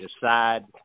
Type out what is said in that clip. decide